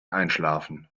einschlafen